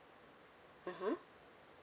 (uh huh)